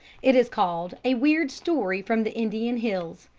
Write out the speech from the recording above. it is called a weird story from the indian hills,